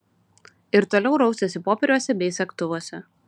ir toliau rausėsi popieriuose bei segtuvuose